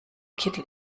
kittel